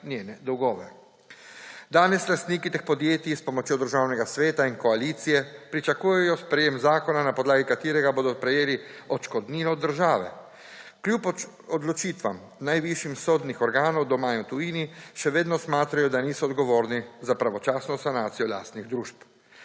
njene dolgove. Danes lastniki teh podjetij s pomočjo Državnega sveta in koalicije pričakujejo sprejetje zakona, na podlagi katerega bodo prejeli odškodnino od države. Kljub odločitvam najvišjih sodnih organov doma in v tujini še vedno smatrajo, da niso odgovorni za pravočasno sanacijo lastnih družb.